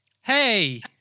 Hey